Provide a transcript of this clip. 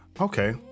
Okay